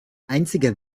einziger